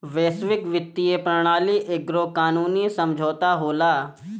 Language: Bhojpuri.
वैश्विक वित्तीय प्रणाली एगो कानूनी समुझौता होला